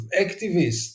activists